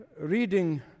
reading